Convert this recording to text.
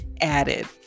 added